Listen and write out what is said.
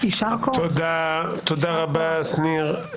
תודה רבה, שניר.